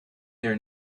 their